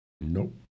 Nope